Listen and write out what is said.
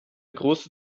große